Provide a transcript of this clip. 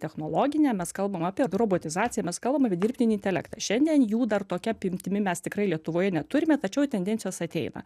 technologinė mes kalbam apie robotizaciją mes kalbam apie dirbtinį intelektą šiandien jų dar tokia apimtimi mes tikrai lietuvoje neturime tačiau tendencijos ateina